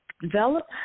develop